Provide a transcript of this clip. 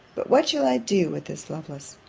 but what shall i do with this lovelace?